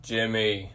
Jimmy